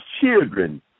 children